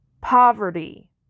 poverty